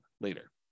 later